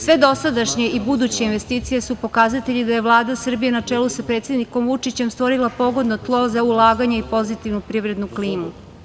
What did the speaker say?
Sve dosadašnje i buduće investicije su pokazatelji da je Vlada Srbije na čelu sa predsednikom Vučićem stvorila pogodno tlo za ulaganje i pozitivnu privrednu klimu.